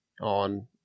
on